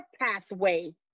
pathway